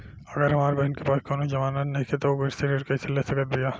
अगर हमार बहिन के पास कउनों जमानत नइखें त उ कृषि ऋण कइसे ले सकत बिया?